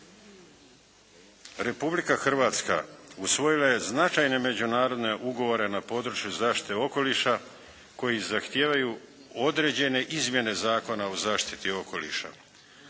Republika Hrvatska usvojila je značajne međunarodne ugovore na području zaštite okoliša koji zahtijevaju određene izmjene Zakona o zaštiti okoliša.